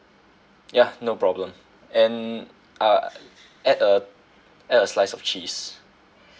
ya no problem and uh add a add a slice of cheese